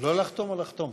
לא לחתום, או לחתום?